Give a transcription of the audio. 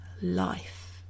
life